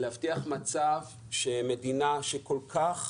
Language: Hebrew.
להבטיח מצב שבו מדינה שכל כך